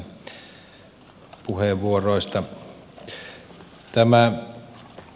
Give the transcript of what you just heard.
kiitän näistä puheenvuoroista